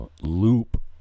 loop